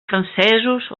francesos